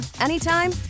anytime